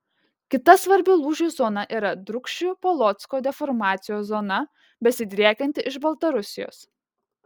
kita svarbi lūžių zona yra drūkšių polocko deformacijos zona besidriekianti iš baltarusijos